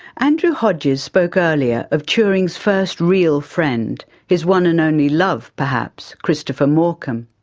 andrew hodges spoke earlier of turing's first real friend, his one and only love perhaps, christopher morcom.